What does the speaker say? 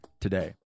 today